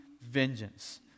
vengeance